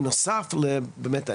בנוסף באמת,